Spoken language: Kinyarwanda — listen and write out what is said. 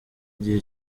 gihe